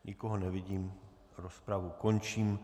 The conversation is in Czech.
Nikoho nevidím, rozpravu končím.